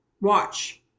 Watch